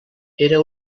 era